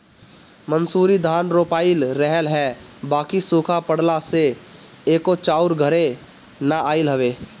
मंसूरी धान रोपाइल रहल ह बाकि सुखा पड़ला से एको चाउर घरे ना आइल हवे